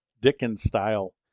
Dickens-style